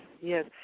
yes